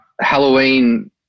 Halloween